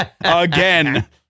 Again